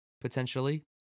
potentially